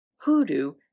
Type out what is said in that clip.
Hoodoo